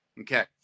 Okay